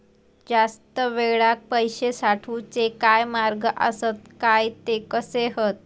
जास्त वेळाक पैशे साठवूचे काय मार्ग आसत काय ते कसे हत?